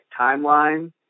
timeline